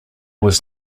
was